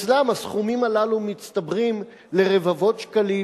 אצלן הסכומים הללו מצטברים לרבבות שקלים